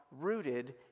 rooted